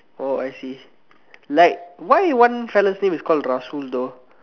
oh I see like why one fella's name is called Rasul though